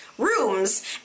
rooms